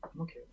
okay